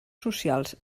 socials